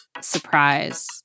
surprise